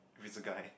if it's a guy